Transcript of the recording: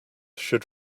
should